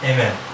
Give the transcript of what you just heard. Amen